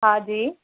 हा जी